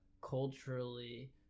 culturally